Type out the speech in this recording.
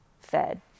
fed